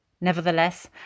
Nevertheless